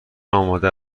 آماده